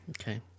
Okay